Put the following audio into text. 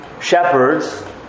shepherds